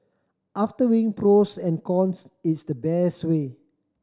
after weighing pros and cons it's the best way